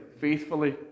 faithfully